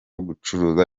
gucuruza